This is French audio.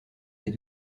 des